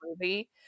movie